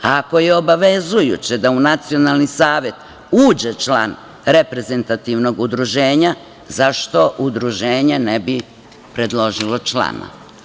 Ako je obavezujuće da u Nacionalni savet uđe član reprezentativnog udruženja, zašto udruženje ne bi predložilo člana?